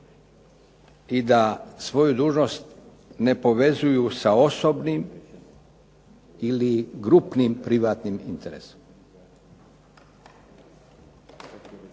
i da svoju dužnost ne povezuju sa osobnim ili grupnim privatnim interesima.